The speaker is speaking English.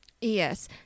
Yes